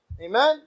Amen